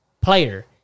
player